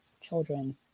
children